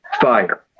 fire